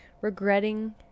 regretting